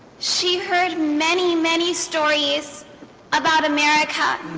she heard many many stories about america